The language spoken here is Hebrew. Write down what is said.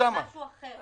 משהו אחר.